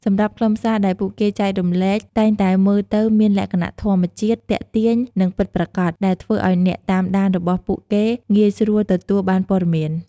សម្រាប់ខ្លឹមសារដែលពួកគេចែករំលែកតែងតែមើលទៅមានលក្ខណៈធម្មជាតិ ទាក់ទាញ និងពិតប្រាកដ ដែលធ្វើឱ្យអ្នកតាមដានរបស់ពួកគេងាយស្រួលទទួលបានព័ត៌មាន។